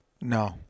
No